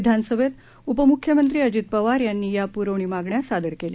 विधानसभेत उपमुख्यमंत्री अजित पवार यांनी या पुरवणी मागण्या सादर केल्या